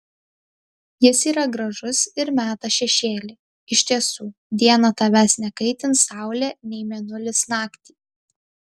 jis yra gražus ir meta šešėlį iš tiesų dieną tavęs nekaitins saulė nei mėnulis naktį